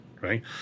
right